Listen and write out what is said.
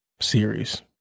series